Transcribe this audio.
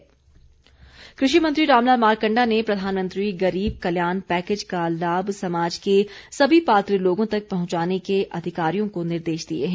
मारकंडा कृषि मंत्री रामलाल मारकंडा ने प्रधानमंत्री गरीब कल्याण पैकेज का लाभ समाज के सभी पात्र लोगों तक पहुंचाने के अधिकारियों को निर्देश दिए हैं